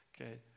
okay